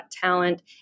Talent